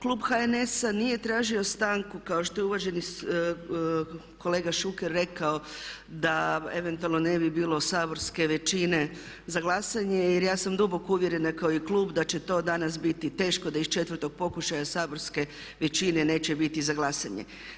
Klub HNS-a nije tražio stanku kao što je uvaženi kolega Šuker rekao da eventualno ne bi bilo saborske većine za glasanje, jer ja sam duboko uvjerena kao i klub da će to danas biti teško da iz četvrtog pokušaja saborske većine neće biti za glasanje.